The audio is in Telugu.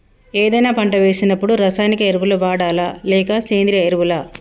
ఏదైనా పంట వేసినప్పుడు రసాయనిక ఎరువులు వాడాలా? లేక సేంద్రీయ ఎరవులా?